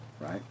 right